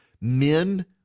men